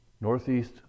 northeast